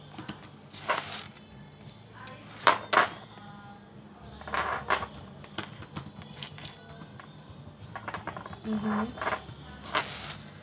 mmhmm